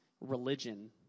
religion